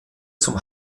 zum